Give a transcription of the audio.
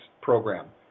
program